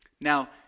Now